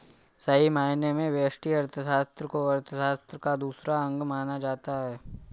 सही मायने में व्यष्टि अर्थशास्त्र को अर्थशास्त्र का दूसरा अंग माना जाता है